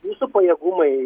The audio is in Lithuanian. mūsų pajėgumai